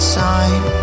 time